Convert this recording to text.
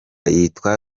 yitwa